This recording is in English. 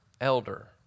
elder